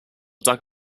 dug